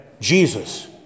Jesus